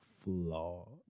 Flawed